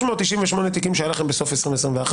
398 התיקים שהיו לכם בסוף 2021,